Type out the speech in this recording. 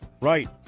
Right